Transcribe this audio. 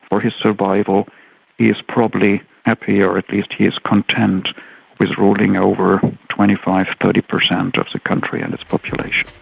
for his survival, he is probably happy or at least he is content with ruling over twenty five percent, thirty percent of the country and its population.